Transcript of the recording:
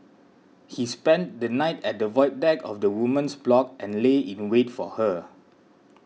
he spent the night at the void deck of the woman's block and lay in wait for her